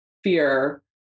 Fear